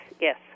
yes